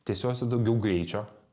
tiesiose daugiau greičio